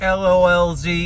lolz